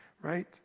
right